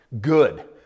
Good